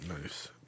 Nice